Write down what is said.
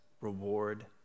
reward